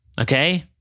Okay